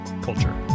Culture